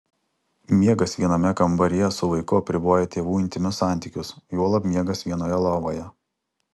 miegas viename kambaryje su vaiku apriboja tėvų intymius santykius juolab miegas vienoje lovoje